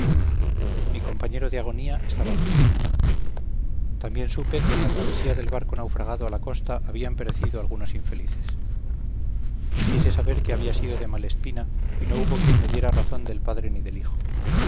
mi compañero de agonía estaba muerto también supe que en la travesía del barco naufragado a la costa habían perecido algunos infelices quise saber qué había sido de malespina y no hubo quien me diera razón del padre ni del hijo